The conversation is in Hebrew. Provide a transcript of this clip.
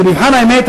זה מבחן האמת,